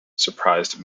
surprised